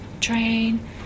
train